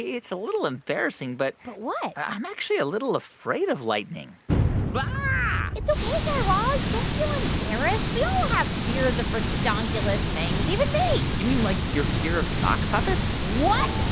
it's a little embarrassing, but. but what? i'm actually a little afraid of lightning it's ok, guy raz. don't feel embarrassed. we all have fears of ridonculous things, even me you mean like your fear of sock puppets what?